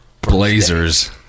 blazers